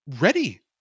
ready